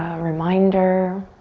reminder.